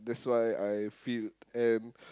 that's why I feel and